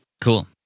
Cool